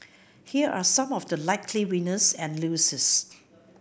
here are some of the likely winners and losers